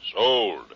Sold